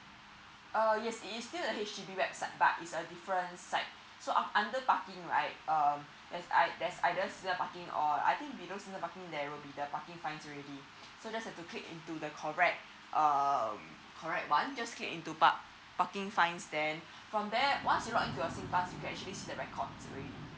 uh yes it is still the H_D_B website but it's a different side so af~ under parking right um there's ei~ there's either season parking or I think below season parking there will be the parking fine already so just have to click into the correct um correct one just click into park parking fine then from there once you log into your singpass you can actually see the record already